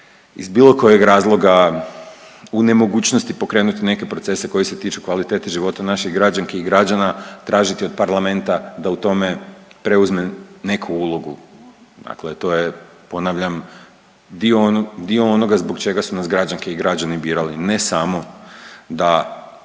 iz bilo kojeg razloga u nemogućnosti pokrenuti neke procese koji se tiču kvalitete života naših građanki i građana, tražiti od parlamenta da u tome preuzme neku ulogu, dakle to je ponavljam dio onoga zbog čega su nas građanke i građani birali, ne samo da